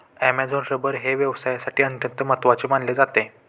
Amazon rubber हे व्यवसायासाठी अत्यंत महत्त्वाचे मानले जाते